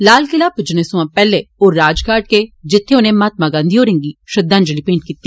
लाल किलै पुज्जने सोया पेहले ओ राजघाट गे जित्थे उनें महात्मा गांधी होरें गी श्रद्धांजलि भेंट कीती